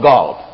God